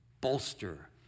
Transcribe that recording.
bolster